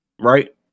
right